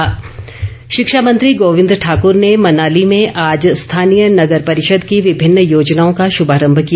गोविंद ठाकुर शिक्षा मंत्री गोविंद ठाकुर ने मनाली में आज स्थानीय नगर परिषद की विभिन्न योजनाओं का शुभारम्भ किया